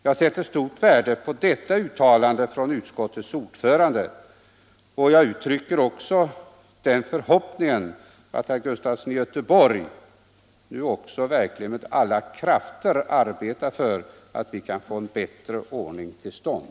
Jag sätter stort värde på detta uttalande från utskottets ordförande, och jag uttrycker även den förhoppningen att herr Sven Gustafson i Göteborg nu också verkligen med alla krafter arbetar för att vi skall få en bättre ordning till stånd.